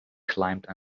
climbed